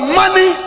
money